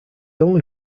only